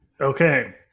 Okay